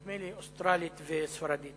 נדמה לי אוסטרלית וספרדית,